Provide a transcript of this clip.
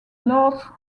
lords